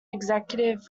executive